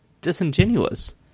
disingenuous